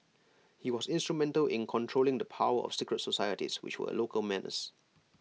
he was instrumental in controlling the power of secret societies which were A local menace